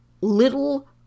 little